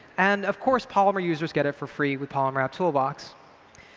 and of course polymer users get it for free with polymer route toolbox.